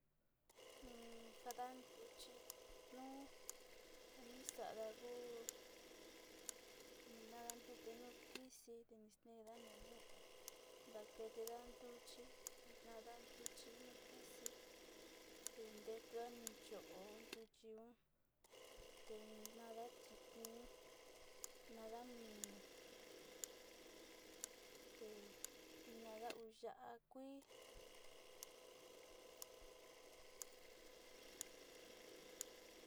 Ja ni jaada ku ntochi te ja ni sarada ku ni ntakajida ntuchi yoka te nsteenda ntinada ntute te ni chooma te ntakaxida ja ni: ntuu molida te jaxida in teyaa te vaare ni nkusamada